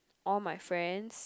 all my friends